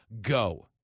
Go